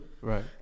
right